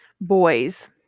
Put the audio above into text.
Boys